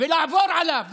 ולעבור עליו,